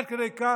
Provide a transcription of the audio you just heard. עד כדי כך?